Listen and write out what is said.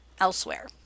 elsewhere